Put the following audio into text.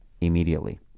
immediately